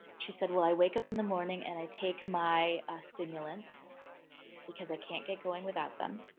she said, well, i wake up in the morning and i take my stimulants because i can't get going without them.